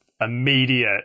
immediate